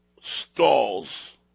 stalls